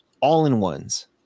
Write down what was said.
all-in-ones